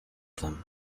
them